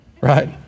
right